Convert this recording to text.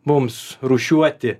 mums rūšiuoti